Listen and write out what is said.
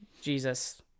Jesus